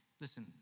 Listen